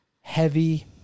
heavy